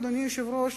אדוני היושב-ראש,